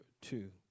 two